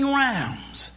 rounds